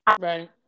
Right